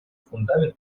фундамент